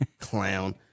Clown